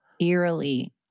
eerily